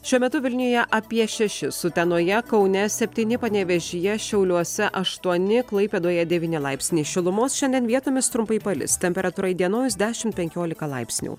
šiuo metu vilniuje apie šešis utenoje kaune septyni panevėžyje šiauliuose aštuoni klaipėdoje devyni laipsniai šilumos šiandien vietomis trumpai palis temperatūra įdienojus dešimt penkiolika laipsnių